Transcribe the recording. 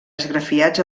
esgrafiats